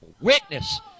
witness